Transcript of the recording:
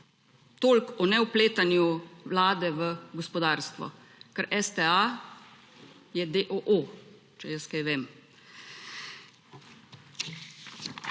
Toliko o nevpletanju vlade v gospodarstvo, ker STA je d. o. o., če jaz kaj vem.